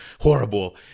horrible